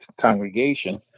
congregation